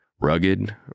Rugged